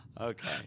Okay